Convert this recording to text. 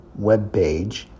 webpage